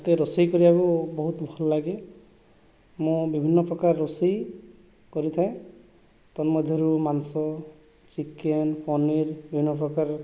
ମୋତେ ରୋଷେଇ କରିବାକୁ ବହୁତ ଭଲ ଲାଗେ ମୁଁ ବିଭିନ୍ନପ୍ରକାର ରୋଷେଇ କରିଥାଏ ତନ୍ମଧ୍ଯରୁ ମାଂସ ଚିକେନ ପନିର୍ ବିଭିନ୍ନପ୍ରକାର